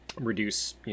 reduce